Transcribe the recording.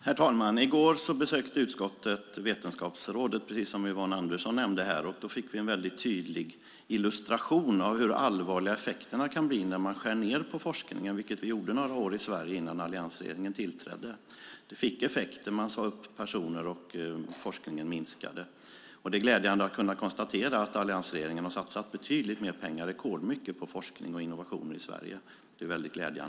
Herr talman! I går besökte utskottet Vetenskapsrådet, precis som Yvonne Andersson nämnde. Då fick vi en tydlig illustration av hur allvarliga effekterna kan bli när man skär ned på forskningen, vilket vi i Sverige gjorde under några år innan alliansregeringen tillträdde. Det fick effekter. Man sade upp personer, och forskningen minskade. Det är glädjande att kunna konstatera att alliansregeringen har satsat betydligt mer pengar - rekordmycket - på forskning och innovation i Sverige.